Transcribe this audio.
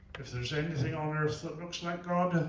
if there's anything on earth that looks like god,